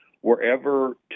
wherever